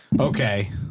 Okay